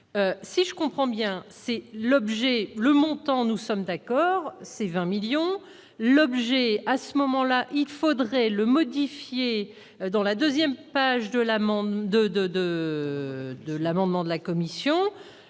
si je comprends bien, c'est l'objet le montant, nous sommes d'accord, c'est 20 millions l'objet à ce moment-là, il faudrait le modifier dans la 2ème page de l'amende de, de,